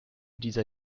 dieser